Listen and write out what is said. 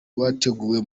wateguwe